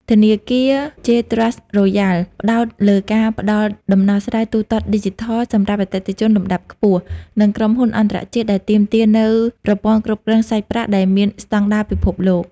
ធនាគារ ជេ ត្រាស់ រ៉ូយ៉ាល់ (J Trust Royal ) ផ្ដោតលើការផ្ដល់ដំណោះស្រាយទូទាត់ឌីជីថលសម្រាប់អតិថិជនលំដាប់ខ្ពស់ និងក្រុមហ៊ុនអន្តរជាតិ ដែលទាមទារនូវប្រព័ន្ធគ្រប់គ្រងសាច់ប្រាក់ដែលមានស្ដង់ដារពិភពលោក។